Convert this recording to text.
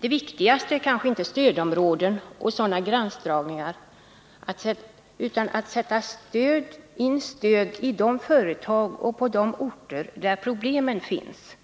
Det viktigaste är kanske inte stödområden och sådana gränsdragningar utan att sätta in stöd i de företag och på de orter där problemen finns,